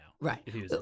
Right